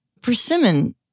Persimmon